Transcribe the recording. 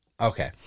okay